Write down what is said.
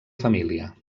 família